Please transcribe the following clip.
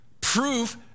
prove